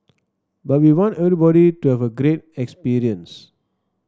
but we want everybody to have a great experience